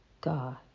God